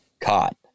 caught